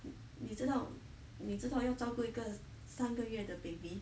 你知道你知道要着照顾一个三个月的:ni zhi dao ni zhi dao yao zhao gu yi ge san ge yue de baby